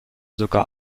sogar